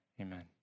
amen